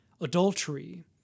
adultery